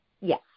Yes